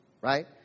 right